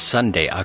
Sunday